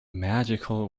magical